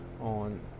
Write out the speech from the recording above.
on